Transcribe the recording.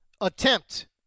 attempt